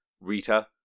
Rita